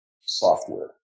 software